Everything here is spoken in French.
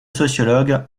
sociologues